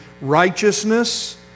righteousness